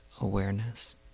awareness